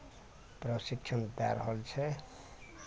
प्रशिक्षण दऽ रहल छै